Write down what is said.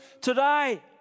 today